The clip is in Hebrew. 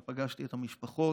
אבל פגשתי את המשפחות.